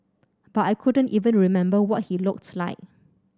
but I couldn't even remember what he looked like